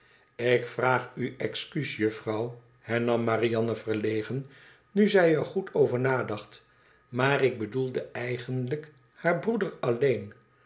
ik vraag u excuus juffrouw hernam marianne verlegen nu zij er goed over nadacht maar ik bedoelde eigenlijk haar broeder alleen